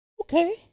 Okay